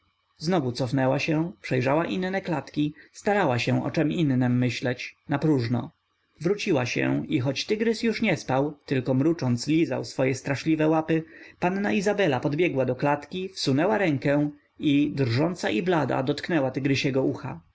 znowu cofnęła się przejrzała inne klatki starała się o czem innem myśleć napróżno wróciła się i choć tygrys już nie spał tylko mrucząc lizał swoje straszliwe łapy panna izabela podbiegła do klatki wsunęła rękę i drżąca i blada dotknęła tygrysiego ucha